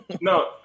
no